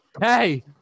hey